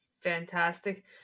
fantastic